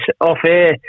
off-air